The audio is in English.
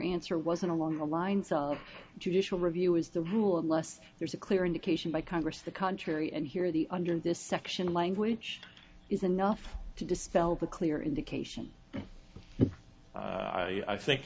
answer wasn't along the lines of judicial review is the rule unless there's a clear indication by congress the contrary and here the under this section language is enough to dispel the clear indication i think